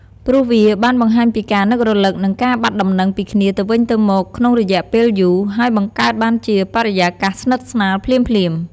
យើងក៏អាចនិយាយពាក្យថា ដូចបាត់យូរ នឹកខ្លាំងណាស់ ជាពាក្យដែលអាចប្រើបាន ជាពិសេសសម្រាប់មិត្តភក្តិជិតស្និទ្ធ ឬក្រុមគ្រួសារ បងប្អូនជីដូនមួយជាដើម។